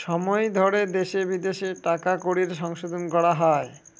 সময় ধরে দেশে বিদেশে টাকা কড়ির সংশোধন করা হয়